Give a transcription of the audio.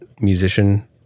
musician